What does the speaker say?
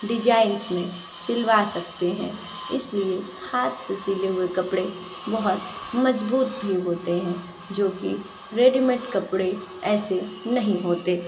designs में सिलवा सकते हैं इसलिए हाथ से सिले हुए कपड़े बहुत मजबूत भी होते हैं जो कि रेडीमेड कपड़े ऐसे नहीं होते